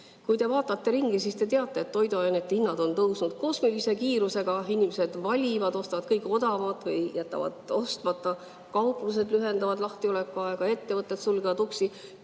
Kui te vaatate ringi, siis te teate, et toiduainete hinnad on tõusnud kosmilise kiirusega. Inimesed valivad, ostavad kõige odavamat või jätavad ostmata. Kauplused lühendavad lahtiolekuaega, ettevõtted sulgevad uksi,